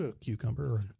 cucumber